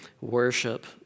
worship